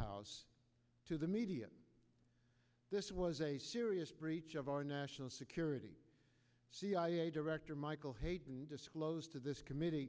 house to the media this was a serious breach of our national security cia director michael hayden disclosed to this committee